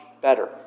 better